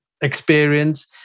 experience